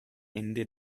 ende